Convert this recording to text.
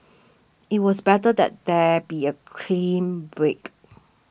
it was better that there be a clean break